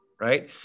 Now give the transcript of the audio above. right